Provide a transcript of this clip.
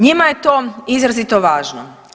Njima je to izrazito važno.